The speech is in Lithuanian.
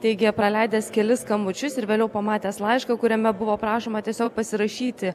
teigė praleidęs kelis skambučius ir vėliau pamatęs laišką kuriame buvo prašoma tiesiog pasirašyti